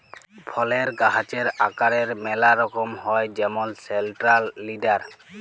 ফলের গাহাচের আকারের ম্যালা রকম হ্যয় যেমল সেলট্রাল লিডার